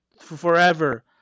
forever